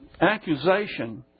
accusation